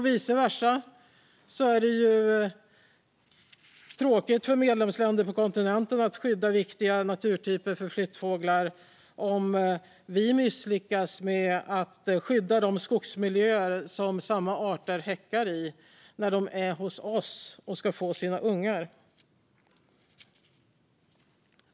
Vice versa är det tråkigt för medlemsländer på kontinenten att skydda viktiga naturtyper för flyttfåglar om vi misslyckas med att skydda de skogsmiljöer som samma arter häckar i när de är hos oss och ska få sina ungar.